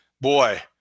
boy –